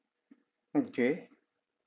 okay